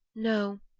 no,